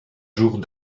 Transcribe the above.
jours